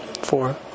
four